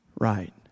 right